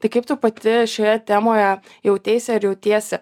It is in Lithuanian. tai kaip tu pati šioje temoje jauteisi ar jautiesi